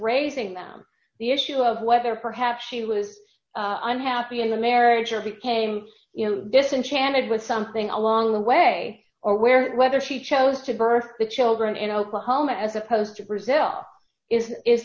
raising them the issue of whether perhaps she was unhappy in the marriage or became disenchanted with something along the way or where whether she chose to birth the children in oklahoma as opposed to brazil is is